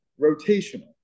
rotational